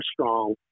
strong